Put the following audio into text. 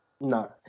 No